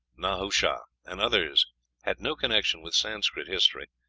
nahusha, and others had no connection with sanscrit history.